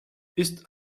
ist